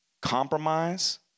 Compromise